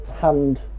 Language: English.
hand